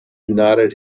nodded